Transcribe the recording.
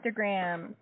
Instagram